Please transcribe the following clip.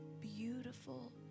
Beautiful